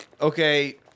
okay